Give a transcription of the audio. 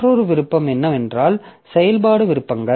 மற்றொரு விருப்பம் என்னவென்றால் செயல்பாடு விருப்பங்கள்